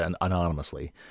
anonymously